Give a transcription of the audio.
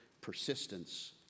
Persistence